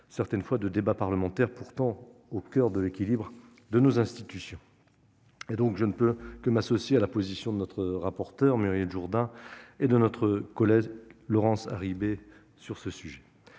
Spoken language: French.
s'affranchir des débats parlementaires, pourtant au coeur de l'équilibre de nos institutions. À cet égard, je ne peux que m'associer à la position de notre rapporteur, Muriel Jourda, et de notre collègue Laurence Harribey.